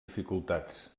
dificultats